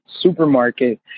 supermarket